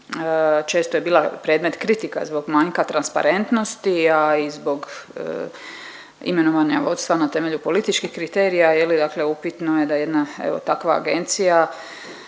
često je bila predmet kritika zbog manjka transparentnosti, a i zbog imenovanja vodstva na temelju političkih kriterija je li dakle upitno je da jedna evo takva agencija